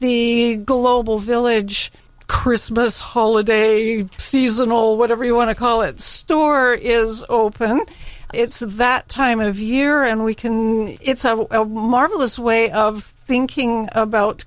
the global village christmas holidays seasonal whatever you want to call it store is open it's that time of year and we can it's a marvelous way of thinking about